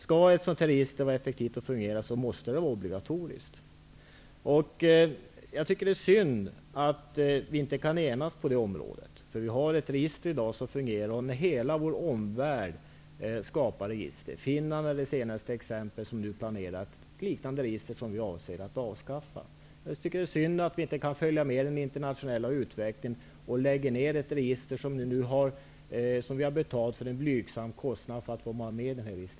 Skall ett sådant här register fungera och vara effektivt måste det vara obligatoriskt. Jag tycker att det är synd att vi inte kan enas på det området. Vi har i dag ett register som fungerar. Hela vår omvärld skapar register. Finland är det senaste exemplet. Man planerar ett liknande register som vi avser att avskaffa. Jag tycker att det är synd att vi inte kan följa med i den internationella utvecklingen, utan lägger ned ett register som innebär en blygsam kostnad för den som registreras.